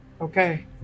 Okay